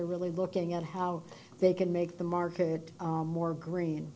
they're really looking at how they can make the market more green